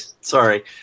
sorry